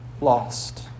lost